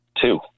two